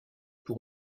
pour